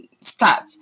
start